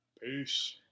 Peace